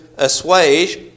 assuage